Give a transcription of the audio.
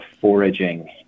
foraging